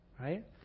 right